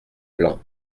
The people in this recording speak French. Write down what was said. plan